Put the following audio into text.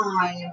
Time